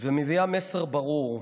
ומביאה מסר ברור,